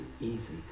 easy